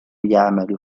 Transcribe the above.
يعمل